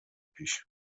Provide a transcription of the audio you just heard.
پیش